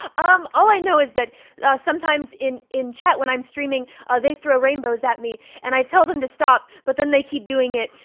um all i know is that sometimes in in chat, when i'm streaming ah they throw rainbows at me and i tell them to stop, but then they keep doing it.